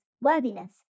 worthiness